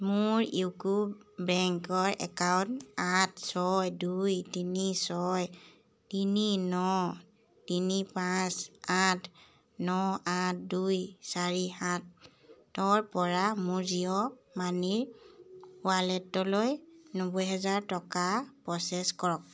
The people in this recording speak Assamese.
মোৰ ইউকো বেংকৰ একাউণ্ট আঠ ছয় দুই তিনি ছয় তিনি ন তিনি পাঁচ আঠ ন আঠ দুই চাৰি সাতৰপৰা মোৰ জিঅ' মানিৰ ৱালেটলৈ নব্বৈ হেজাৰ টকা প'চেছ কৰক